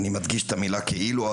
אני מדגיש את המילה כאילו,